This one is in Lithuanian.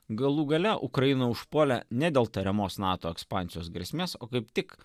galų gale ukrainą užpuolė ne dėl tariamos nato ekspansijos grėsmės o kaip tik